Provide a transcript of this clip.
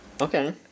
Okay